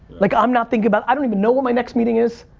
like, i'm not thinking about, i don't even know what my next meeting is,